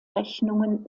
rechnungen